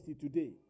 today